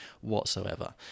whatsoever